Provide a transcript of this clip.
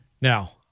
Now